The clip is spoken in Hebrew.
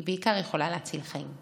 היא בעיקר יכולה להציל חיים.